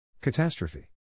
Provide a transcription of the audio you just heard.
Catastrophe